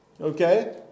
Okay